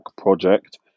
project